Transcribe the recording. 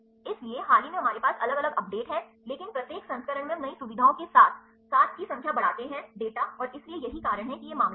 इसलिए हाल ही में हमारे पास अलग अलग अपडेट हैं लेकिन प्रत्येक संस्करण में हम नई सुविधाओं के साथ साथकी संख्या बढ़ाते हैं डेटाऔर इसलिए यही कारण है कि यह मामला है